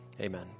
Amen